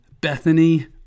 Bethany